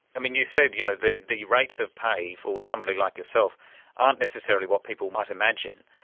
i mean, you said you know the the rates of pay for somebody like yourself aren't necessarily what people might imagine,